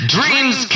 Dreams